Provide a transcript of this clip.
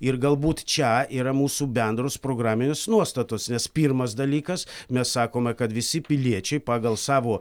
ir galbūt čia yra mūsų bendros programinės nuostatos nes pirmas dalykas mes sakome kad visi piliečiai pagal savo